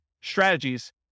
strategies